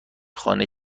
خانه